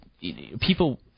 people